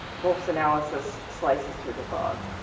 wolff's analysis slices through the fog,